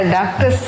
Doctor